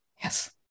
Yes